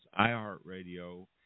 iHeartRadio